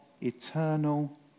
eternal